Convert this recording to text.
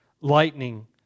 lightning